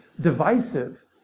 divisive